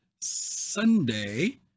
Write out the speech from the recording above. Sunday